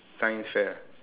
science fair